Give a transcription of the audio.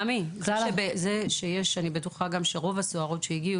תמי, אני בטוחה שיכול להיות שרוב הסוהרות שהגיעו